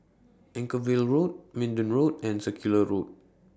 Anchorvale Road Minden Road and Circular Road